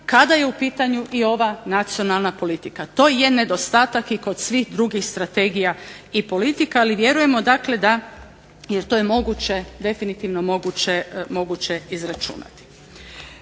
kada je u pitanju i ova nacionalna politika. To je nedostatak i kod svih drugih strategija i politika. Ali vjerujemo, dakle da, jer to je moguće, definitivno moguće izračunati.